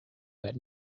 that